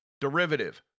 Derivative